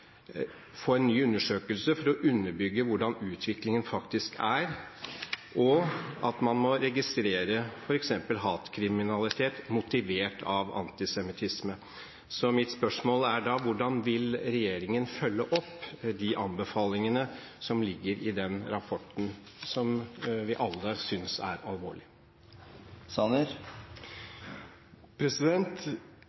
få en ny undersøkelse for å underbygge hvordan utviklingen faktisk er, og registrere f.eks. hatkriminalitet motivert av antisemittisme. Mitt spørsmål er da: Hvordan vil regjeringen følge opp de anbefalingene som ligger i den rapporten, som vi alle synes er alvorlig?